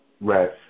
Right